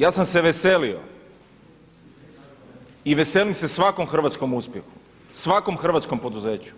Ja sam se veselio i veselim se svakom hrvatskom uspjehu, svakom hrvatskom poduzeću,